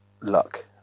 luck